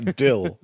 dill